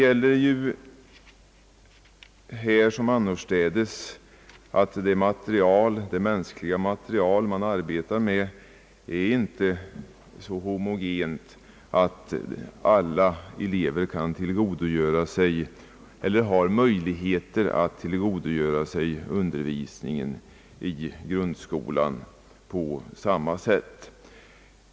Här liksom annorstädes gäller att det mänskliga material man arbetar med inte är så homogent att alla elever kan tillgodogöra sig undervisningen i grundskolan på samma sätt.